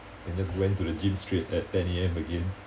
and just went to the gym straight at ten A_M again